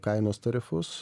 kainos tarifus